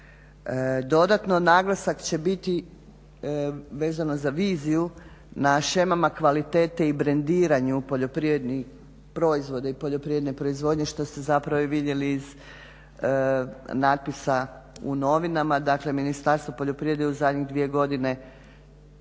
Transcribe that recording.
Dodatno naglasak će biti vezano za viziju na shemama kvalitete i brandiranju poljoprivrednih proizvoda i poljoprivredne proizvodnje što ste zapravo i vidjeli iz natpisa u novinama. Dakle, Ministarstvo poljoprivrede je u zadnjih dvije godine